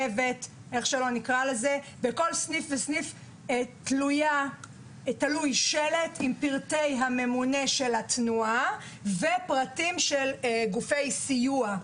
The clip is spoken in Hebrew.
שבט שלט עם פרטי הממונה של התנועה ופרטים של גופי סיוע.